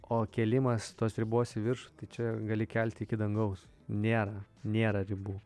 o kėlimas tos ribos virš tai čia gali kelti iki dangaus nėra nėra ribų